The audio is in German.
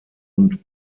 und